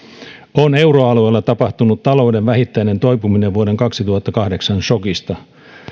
on euroalueella tapahtunut talouden vähittäinen toipuminen vuoden kaksituhattakahdeksan sokista